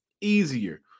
easier